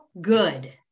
good